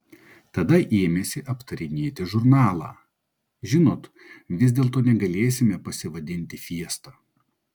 tada ėmėsi aptarinėti žurnalą žinot vis dėlto negalėsime pasivadinti fiesta